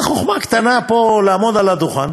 אז זה חוכמה קטנה פה לעמוד על הדוכן